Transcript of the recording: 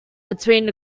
between